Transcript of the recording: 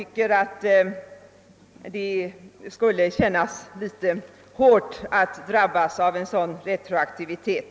Det måste kännas hårt att drabbas av en sådan retroaktivitet.